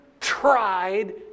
tried